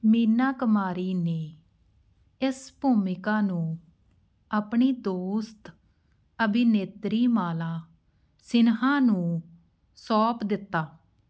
ਮੀਨਾ ਕੁਮਾਰੀ ਨੇ ਇਸ ਭੂਮਿਕਾ ਨੂੰ ਆਪਣੀ ਦੋਸਤ ਅਭਿਨੇਤਰੀ ਮਾਲਾ ਸਿਨਹਾ ਨੂੰ ਸੌਂਪ ਦਿੱਤਾ